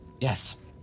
yes